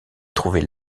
trouvait